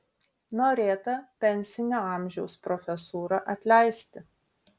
norėta pensinio amžiaus profesūrą atleisti